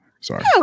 Sorry